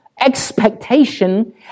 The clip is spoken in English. expectation